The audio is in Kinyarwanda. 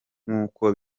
nk’uko